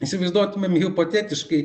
įsivaizduotumėm hipotetiškai